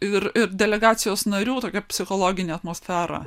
ir ir delegacijos narių tokią psichologinę atmosferą